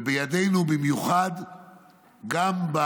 ובידינו במיוחד גם,